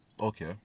Okay